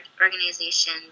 organization